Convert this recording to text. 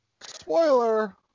Spoiler